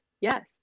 Yes